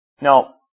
Now